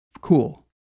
cool